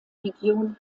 region